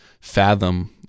fathom